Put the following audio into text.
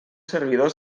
servidor